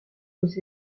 aux